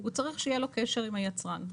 הוא צריך שיהיה לו קשר עם היצרן.